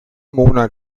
monat